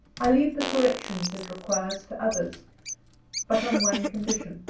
i leave the corrections it requires to others but on one condition.